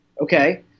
Okay